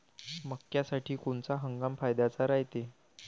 मक्क्यासाठी कोनचा हंगाम फायद्याचा रायते?